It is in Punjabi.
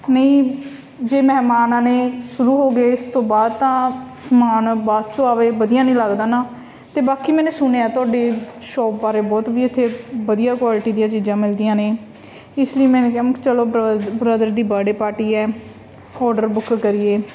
ਨਹੀਂ ਜੇ ਮਹਿਮਾਨ ਆਉਣੇ ਸ਼ੁਰੂ ਹੋ ਗਏ ਇਸ ਤੋਂ ਬਾਅਦ ਤਾਂ ਸਮਾਨ ਬਾਅਦ 'ਚੋਂ ਆਵੇ ਵਧੀਆ ਨਹੀਂ ਲੱਗਦਾ ਨਾ ਅਤੇ ਬਾਕੀ ਮੈਨੇ ਸੁਣਿਆ ਤੁਹਾਡੀ ਸ਼ੋਪ ਬਾਰੇ ਬਹੁਤ ਵੀ ਇਥੇ ਵਧੀਆ ਕੁਆਲਿਟੀ ਦੀਆਂ ਚੀਜ਼ਾਂ ਮਿਲਦੀਆਂ ਨੇ ਇਸ ਲਈ ਮੈਨੇ ਕਿਹਾ ਵੀ ਚੱਲੋ ਬਰ ਬਰਦਰ ਦੀ ਬਰਡੇ ਪਾਰਟੀ ਹੈ ਔਡਰ ਬੁੱਕ ਕਰੀਏ